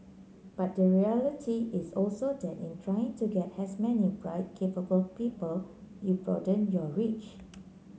but the reality is also that in trying to get as many bright capable people you broaden your reach